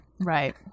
Right